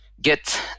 get